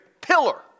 pillar